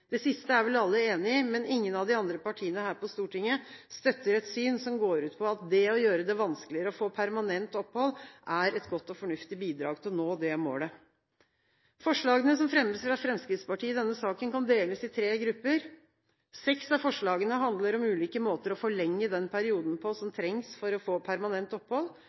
Det siste er vel alle enig i, men ingen av de andre partiene her på Stortinget støtter et syn som går ut på at det å gjøre det vanskeligere å få permanent opphold, er et godt og fornuftig bidrag til å nå det målet. Forslagene som fremmes fra Fremskrittspartiet i denne saken, kan deles i tre grupper. Seks av forslagene handler om ulike måter å forlenge perioden på som trengs for å få permanent opphold.